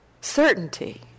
certainty